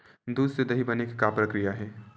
दूध से दही बने के का प्रक्रिया हे?